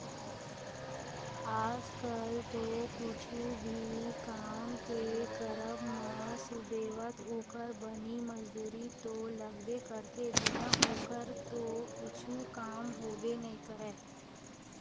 आज कल तो कुछु भी काम के करब म सुबेवत ओखर बनी मजदूरी तो लगबे करथे बिना ओखर तो कुछु काम होबे नइ करय